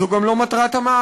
זו גם לא מטרת המאגר,